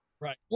right